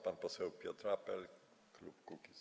Pan poseł Piotr Apel, klub Kukiz’15.